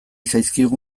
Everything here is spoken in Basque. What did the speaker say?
zaizkigu